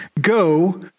Go